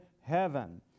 heaven